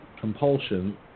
compulsion